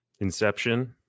Inception